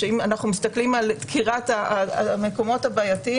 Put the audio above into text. אם אנחנו מסתכלים על דקירת המקומות הבעייתיים,